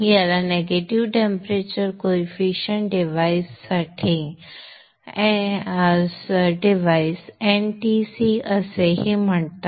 याला negative temperature coefficient device साठी NTC असेही म्हणतात